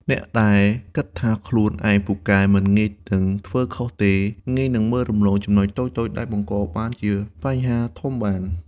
អ្នកដែលគិតថាខ្លួនឯងពូកែ មិនងាយនឹងធ្វើខុសទេ ងាយនឹងមើលរំលងចំណុចតូចៗដែលបង្កជាបញ្ហាធំបាន។